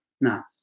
Now